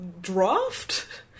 draft